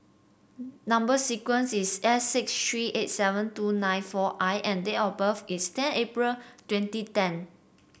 number sequence is S six three eight seven two nine four I and date of birth is ten April twenty ten